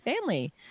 family